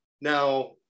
now